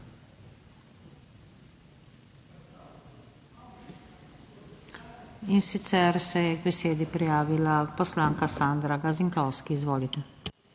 in sicer se je k besedi prijavila poslanka Sandra Gazinkovski. Izvolite.